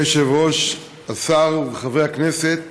אדוני היושב-ראש, השר וחברי הכנסת,